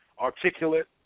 articulate